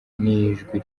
n’ijwi